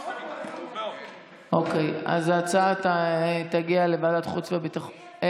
אוקיי, ההצעה תגיע לוועדת החוץ והביטחון.